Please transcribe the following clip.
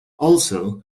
also